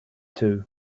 too